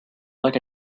like